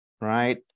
right